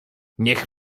niech